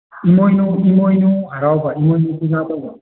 ꯏꯃꯣꯏꯅꯨ ꯏꯃꯣꯏꯅꯨ ꯍꯔꯥꯎꯕ ꯏꯃꯣꯏꯅꯨ ꯄꯨꯖꯥ ꯇꯧꯕ